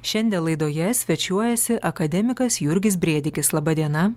šiandien laidoje svečiuojasi akademikas jurgis brėdikis laba diena